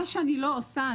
מה שאני לא עושה.